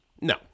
No